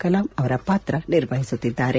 ಕಲಾಂ ಪಾತ್ರ ನಿರ್ವಹಿಸುತ್ತಿದ್ದಾರೆ